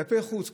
כלפי חוץ,